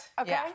Okay